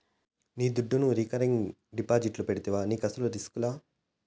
నీ దుడ్డును రికరింగ్ డిపాజిట్లు పెడితివా నీకస్సలు రిస్కులా